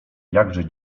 jakże